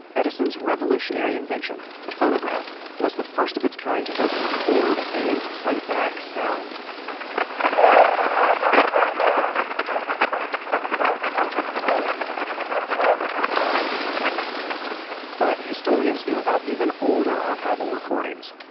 edison's revolutionary invention, the phonograph, was the first of it's kind to both record, and playback, sound um but historians knew about even older archival recordings.